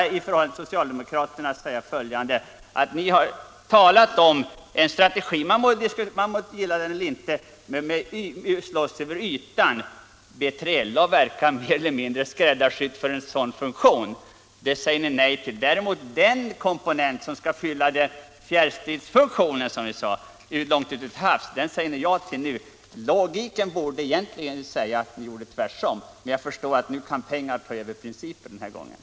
Till socialdemokraterna vill jag säga följande: Ni har talat för en strategi för ytförsvar — man må gilla den eller inte — som B3LA verkar mer eller mindre skräddarsydd för, men det planet säger ni nej till. Däremot säger ni ja till den komponent som skall fylla fjärrstridsfunktionen långt ute till havs. Logiskt sett borde ni göra tvärtom. Men jag förstår att pengar den här gången kan ta över principen.